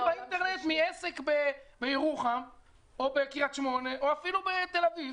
קניתי באינטרנט מעסק בירוחם או בקרית שמונה או אפילו בתל אביב,